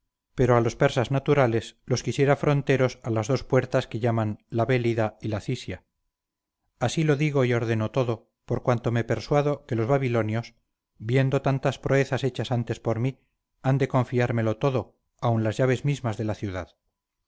pero a los persas naturales los quisiera fronteros a las dos puertas que llaman la bélida y la cisia así lo digo y ordeno todo por cuanto me persuado que los babilonios viendo tantas proezas hechas antes por mí han de confiármelo todo aun las llaves mismas de la ciudad